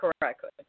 correctly